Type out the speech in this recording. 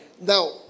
Now